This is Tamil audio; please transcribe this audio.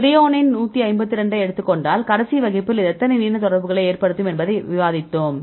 த்ரோயோனைன் 152 ஐ எடுத்துக் கொண்டால் கடைசி வகுப்பில் இது எத்தனை நீண்ட தூர தொடர்புகளை ஏற்படுத்தும் என்பதை விவாதித்தோம்